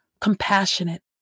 compassionate